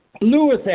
Lewis